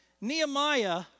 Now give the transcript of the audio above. Nehemiah